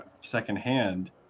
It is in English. secondhand